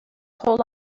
whole